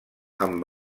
amb